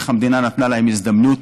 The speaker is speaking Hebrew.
איך המדינה נתנה להם הזדמנות